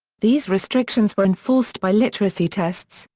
these restrictions were enforced by literacy tests,